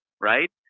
right